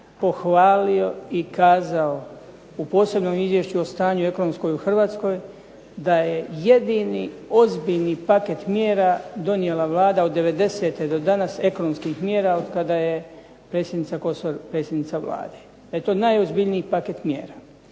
pohvalio i kazao u posebnom izvješću o stanju ekonomskoj u Hrvatskoj da je jedini ozbiljni paket mjera donijela Vlada od '90. do danas ekonomskih mjera otkada je predsjednica Kosor predsjednica Vlade. Da je to najozbiljniji paket mjera.